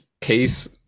Case